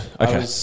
Okay